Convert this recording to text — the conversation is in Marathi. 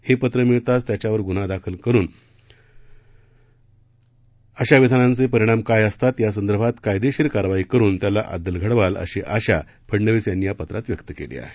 हे पत्र मिळताच त्याच्यावर गुन्हा दाखल करून अशा विधानांचे परिणाम काय असतात यासंदर्भात कायदेशीर कारवाई करून त्याला अद्दल घडवाल अशी आशा फडनवीस यांनी या पत्रात व्यक्त केली आहे